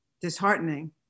disheartening